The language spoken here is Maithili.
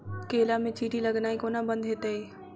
केला मे चींटी लगनाइ कोना बंद हेतइ?